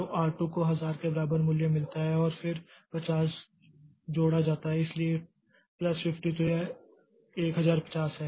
तो R 2 को 1000 के बराबर मूल्य मिलता है और फिर 50 जोड़ा जाता है इसलिए प्लस 50 तो यह 1050 है